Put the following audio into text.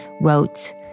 wrote